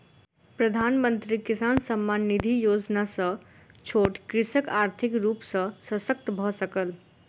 प्रधानमंत्री किसान सम्मान निधि योजना सॅ छोट कृषक आर्थिक रूप सॅ शशक्त भअ सकल